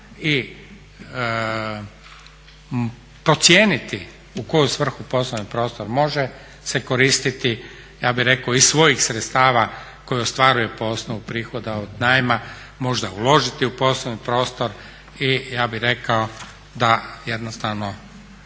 i procijeniti u koju svrhu poslovni prostor može se koristiti, ja bih rekao iz svojih sredstava koje ostvaruje po osnovu prihoda od najma možda uložiti u poslovni prostor i ja bih rekao da jednostavno